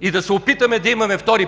и да се опитаме да имаме втори